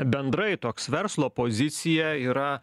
bendrai toks verslo pozicija yra